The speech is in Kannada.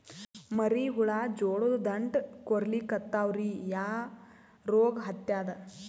ಮರಿ ಹುಳ ಜೋಳದ ದಂಟ ಕೊರಿಲಿಕತ್ತಾವ ರೀ ಯಾ ರೋಗ ಹತ್ಯಾದ?